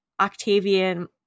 Octavian